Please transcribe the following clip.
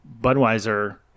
Budweiser